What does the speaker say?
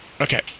Okay